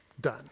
Done